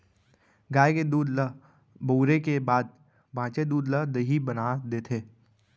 गाय के दूद ल बउरे के बाद बॉंचे दूद ल दही बना देथे